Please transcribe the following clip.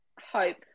hope